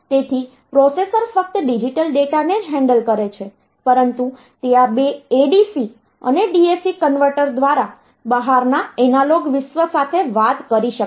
તેથી પ્રોસેસર ફક્ત ડિજિટલ ડેટાને જ હેન્ડલ કરે છે પરંતુ તે આ બે ADC અને DAC કન્વર્ટર દ્વારા બહારના એનાલોગ વિશ્વ સાથે વાત કરી શકે છે